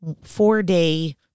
Four-day